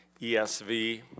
ESV